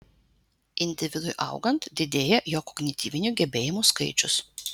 individui augant didėja jo kognityvinių gebėjimų skaičius